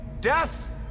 Death